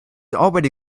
already